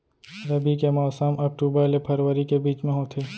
रबी के मौसम अक्टूबर ले फरवरी के बीच मा होथे